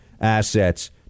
assets